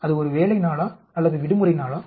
அது ஒரு வேலை நாளா அல்லது விடுமுறை நாளா